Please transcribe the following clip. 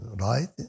Right